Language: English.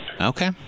Okay